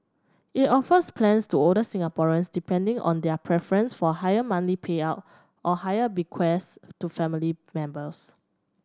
it offers plans to older Singaporeans depending on their preference for higher monthly payout or higher bequests to family members